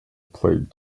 played